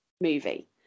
movie